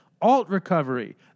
alt-recovery